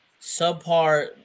subpar